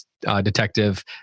detective